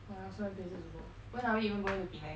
I also have places to go when are we even going to penang